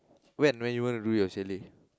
when when you wanna do your chalet